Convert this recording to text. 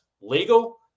legal